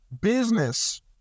business